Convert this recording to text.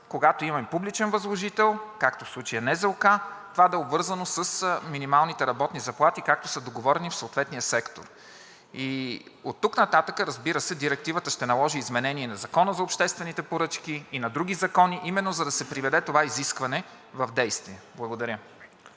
когато имаме публичен възложител, както в случая НЗОК, това да е обвързано с минималните работни заплати, както са договорени в съответния сектор. Оттук нататък, разбира се, Директивата ще наложи изменение на Закона за обществените поръчки и на други закони именно за да се приведе това изискване в действие. Благодаря.